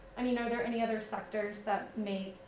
i mean, are there any other sectors that may,